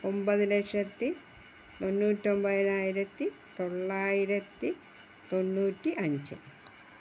ഒൻപത് ലക്ഷത്തി തൊണ്ണൂറ്റൊൻപതിനായിരത്തി തൊള്ളായിരത്തിതൊണ്ണൂറ്റി അഞ്ച്